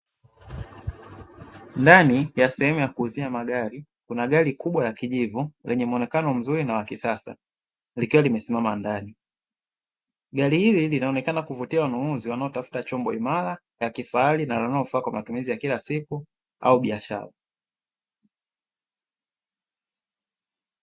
Ndani ya sehemu ya kuuzia magari, kuna gari kubwa la kijivu lenye muonekano nzuri na wa kisasa, likiwa limesimama ndani. Gari hili linaonekana kuvutia wanunuzi wanaotafuta chombo imara, na kifahari na linalofaa kwa matumizi ya kila siku au biashara.